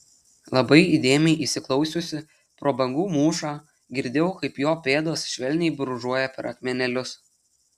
labai įdėmiai įsiklausiusi pro bangų mūšą girdėjau kaip jo pėdos švelniai brūžuoja per akmenėlius